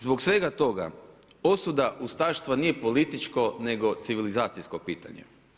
Zbog svega toga osuda ustaštva nije političko, nego civilizacijsko pitanje.